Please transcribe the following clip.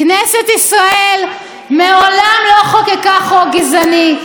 כנסת ישראל מעולם לא חוקקה חוק גזעני.